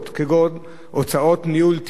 כגון הוצאות ניהול תיק